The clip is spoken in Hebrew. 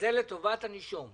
שזה לטובת הנישום?